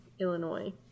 Illinois